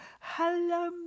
hello